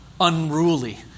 unruly